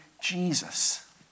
Jesus